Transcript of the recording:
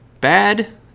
Bad